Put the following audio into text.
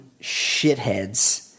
shitheads